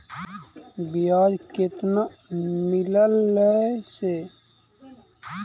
बियाज केतना मिललय से?